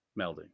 Melding